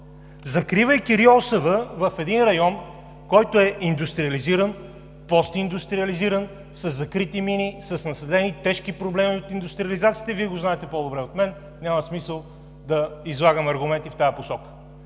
закривайки РИОСВ в район, който е индустриализиран, постиндустриализиран, със закрити мини, с насадени тежки проблеми от индустриализацията – Вие го знаете по-добре от мен, няма смисъл да излагам аргументи в тази посока.